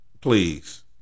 please